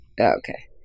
okay